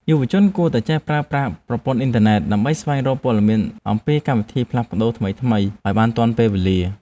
យុវជនគួរតែចេះប្រើប្រាស់ប្រព័ន្ធអ៊ីនធឺណិតដើម្បីស្វែងរកព័ត៌មានអំពីកម្មវិធីផ្លាស់ប្តូរថ្មីៗឱ្យបានទាន់ពេលវេលា។